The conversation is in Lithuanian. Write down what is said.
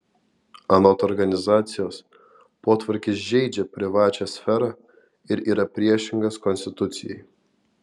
anot organizacijos potvarkis žeidžia privačią sferą ir yra priešingas konstitucijai